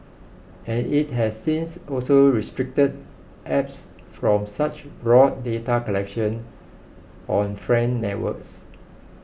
and it has since also restricted apps from such broad data collection on friend networks